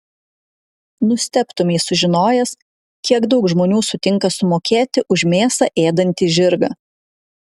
nustebtumei sužinojęs kiek daug žmonių sutinka sumokėti už mėsą ėdantį žirgą